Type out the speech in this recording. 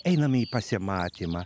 einame į pasimatymą